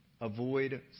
Avoid